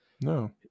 No